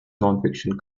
nonfiction